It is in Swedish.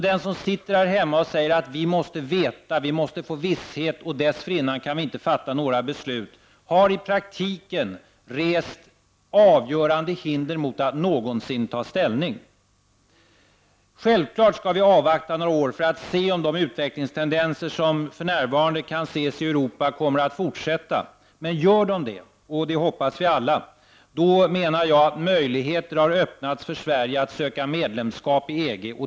Den som sitter här hemma och säger att han måste veta, måste få visshet och dessförinnan inte har fatta några beslut, har i praktiken rest avgörande hinder mot att någonsin ta ställning. Självfallet skall vi avvakta några år för att se om de utvecklingstendenser som för närvarande kan ses i Europa kommer att fortsätta. Gör de det — det hoppas vi alla — menar jag att möjligheter har öppnats för Sverige att söka medlemskap i EG.